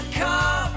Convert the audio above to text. car